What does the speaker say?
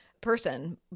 person